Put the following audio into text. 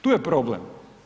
Tu je problem.